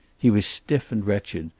he was stiff and wretched,